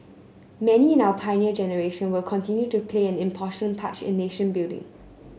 many in our Pioneer Generation will continue to play an part in nation building